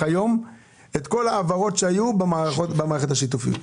היום את כל ההעברות שהיו במערכת השיתופית.